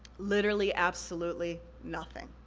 literally absolutely nothing.